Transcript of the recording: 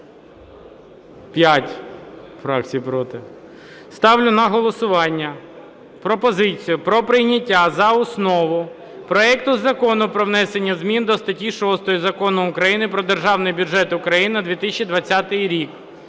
Ставлю на голосування пропозицію про прийняття за основу проекту Закону про внесення змін до статті 6 Закону України "Про Державний бюджет України на 2020 рік"